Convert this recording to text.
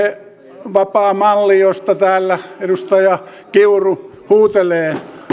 perhevapaamalli josta täällä edustaja kiuru huutelee